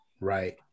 right